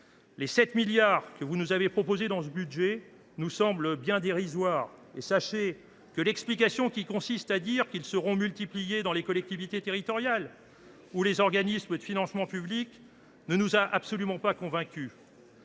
Les 7 milliards d’euros que vous nous avez proposés dans ce budget nous semblent bien dérisoires. Sachez que l’explication qui consiste à dire qu’ils seront multipliés dans les collectivités territoriales ou les organismes de financement public ne nous a absolument pas convaincus.